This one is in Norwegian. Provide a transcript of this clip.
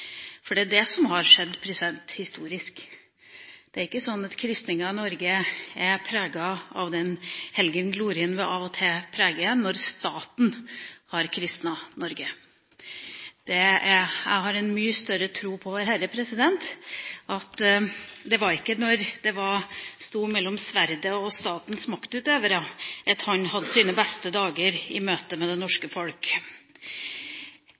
for å utøve sin makt. For det er det som har skjedd historisk. Kristninga av Norge er ikke preget av den helgenglorien vi av og til trekker fram. Jeg tror ikke det var da det sto mellom sverdet og statens maktutøvere, Vårherre hadde sine beste dager i møte med det